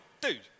dude